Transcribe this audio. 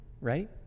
right